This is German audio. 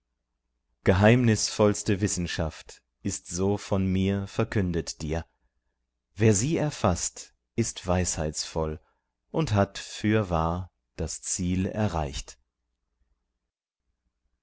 geheimnisvollste wissenschaft ist so von mir verkündet dir wer sie erfaßt ist weisheitsvoll und hat fürwahr das ziel erreicht